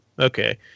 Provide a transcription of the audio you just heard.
Okay